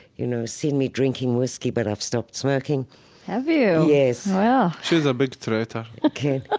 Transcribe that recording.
you know, seen me drinking whisky, but i've stopped smoking have you? yes well, she's a big traitor ok.